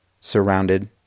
surrounded